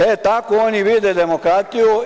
E, tako oni vide demokratiju.